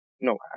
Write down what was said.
no